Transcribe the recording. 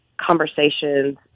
conversations